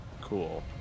Cool